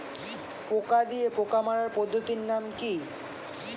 পোকা দিয়ে পোকা মারার পদ্ধতির নাম কি?